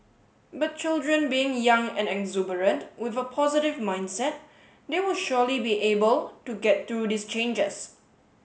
but children being young and exuberant with a positive mindset they will surely be able to get through these changes